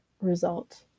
result